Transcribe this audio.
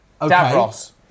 Davros